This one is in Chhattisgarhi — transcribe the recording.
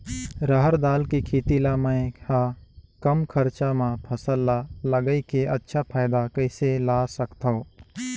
रहर दाल के खेती ला मै ह कम खरचा मा फसल ला लगई के अच्छा फायदा कइसे ला सकथव?